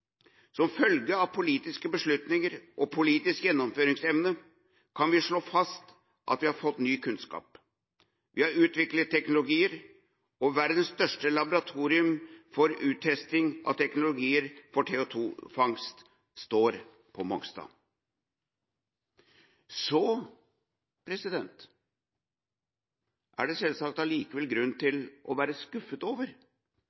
Som følge av politiske beslutninger og politisk gjennomføringsevne kan vi slå fast at vi har fått ny kunnskap, vi har utviklet teknologier, og verdens største laboratorium for uttesting av teknologier for CO2-fangst står på Mongstad. Så er det selvsagt likevel grunn til å være skuffet over